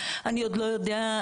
אני עוד לא יודע,